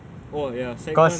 oh ya secondary one ya